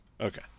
Okay